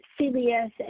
CBS